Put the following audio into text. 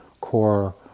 core